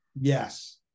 Yes